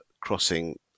crossing